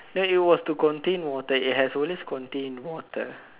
no it was to contain water it has always contained water